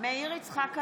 מאיר יצחק הלוי,